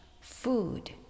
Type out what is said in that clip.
food